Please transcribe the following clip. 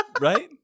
right